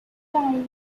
tyne